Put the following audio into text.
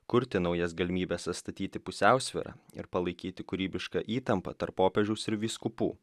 kurti naujas galimybes atstatyti pusiausvyrą ir palaikyti kūrybišką įtampą tarp popiežiaus ir vyskupų